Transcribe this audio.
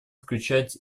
включать